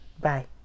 Bye